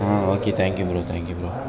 ah okay thank you bro thank you bro